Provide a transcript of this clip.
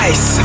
Ice